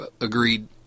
agreed